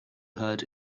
heard